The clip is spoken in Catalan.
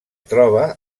troba